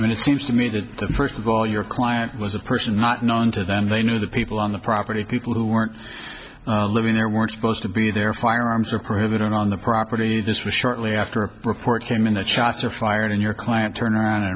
it seems to me that first of all your client was a person not known to them they knew the people on the property people who weren't living there weren't supposed to be there firearms are prohibited on the property this was shortly after a report came in that shots were fired in your client turn around and